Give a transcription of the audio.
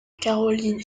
caroline